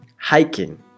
Hiking